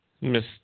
Miss